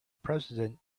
president